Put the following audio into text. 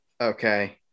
Okay